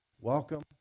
Welcome